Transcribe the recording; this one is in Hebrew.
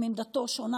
אם עמדתו שונה,